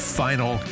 final